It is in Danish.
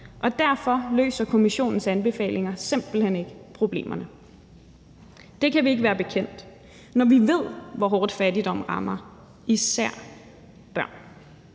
og derfor løser kommissionens anbefalinger simpelt hen ikke problemerne. Det kan vi ikke være bekendt, når vi ved, hvor hårdt fattigdom rammer – især børn.